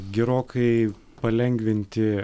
gerokai palengvinti